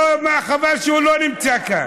לא, חבל שהוא לא נמצא כאן.